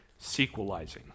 sequelizing